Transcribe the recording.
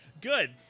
good